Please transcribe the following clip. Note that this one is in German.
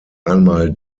einmal